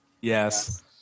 Yes